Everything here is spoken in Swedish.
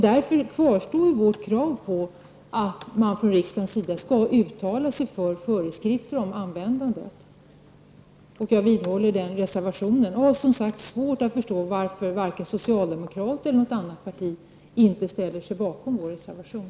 Därför kvarstår vårt krav på att man från riksdagens sida skall uttala sig för föreskrifter om användandet av mobiltelefon. Jag vidhåller vårt yrkande i reservationen. Jag har som sagt svårt att förstå varför varken socialdemokraterna eller något annat parti ställt sig bakom vår reservation.